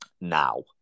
now